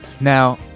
Now